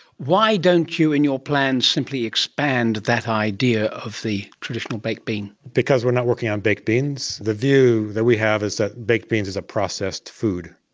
why don't you in your plans simply expand that idea of the traditional baked bean? because we are not working on baked beans. the view that we have is that baked beans is a processed food.